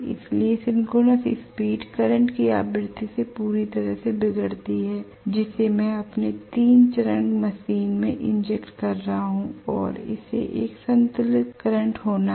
इसलिए synchronous speed current की आवृत्ति से पूरी तरह से बिगड़ती है जिसे मैं अपने 3 चरण मशीन में इंजेक्ट कर रहा हूं और इसे एक संतुलित करंट होना है